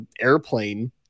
airplane